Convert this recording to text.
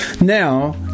now